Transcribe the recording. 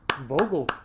Vogel